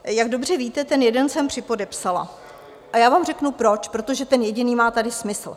Jak dobře víte, ten jeden jsem připodepsala, a já vám řeknu proč protože ten jediný má tady smysl.